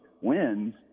wins